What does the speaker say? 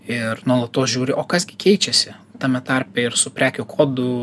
ir nuolatos žiūri o kas keičiasi tame tarpe ir su prekių kodų